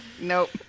Nope